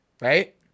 right